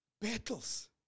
Battles